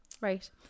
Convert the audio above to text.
Right